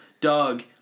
Doug